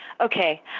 Okay